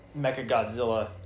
Mechagodzilla